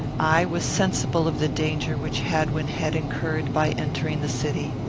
i was sensible of the danger which hadwin had incurred by entering the city.